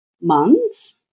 months